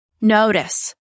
Notice